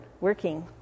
working